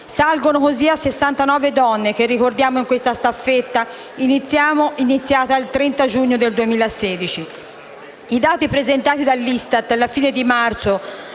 Salgono così a 69 le donne che ricordiamo con questa staffetta, iniziata il 30 giugno 2016.